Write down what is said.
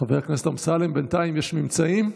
חבר הכנסת אמסלם, בינתיים יש ממצאים?